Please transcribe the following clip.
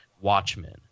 Watchmen